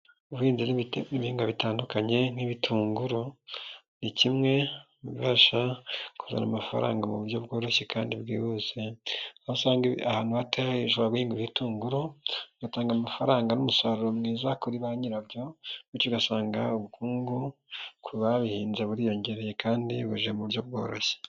Ubuhinzi uhinga ibintui bitandukanye n'ibitunguru ni kimwe mu bibasha kuzana amafaranga mu buryo bworoshye kandi bwihuse, aho usanga ahantu ushobora kuhinga ibitunguru , bigatanga amafaranga n'umusaruro mwiza kuri bannyirabyo bityo ugasanga ubukungu ku babihinzi buriyongereye kandi yu buje mu buryo bworoshye.